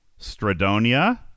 Stradonia